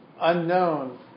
unknown